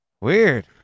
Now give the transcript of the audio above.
weird